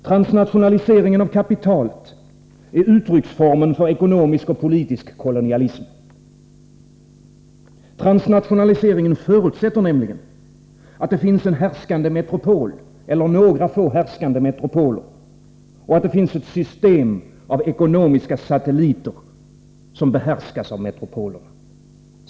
Transnationalisering av kapitalet är uttrycksformen för ekonomisk och politisk kolonialism. Transnationalisering förutsätter nämligen att det finns en härskande metropol, eller några få härskande metropoler — och att det finns ett system av ekonomiska satelliter, som behärskas av metropolerna.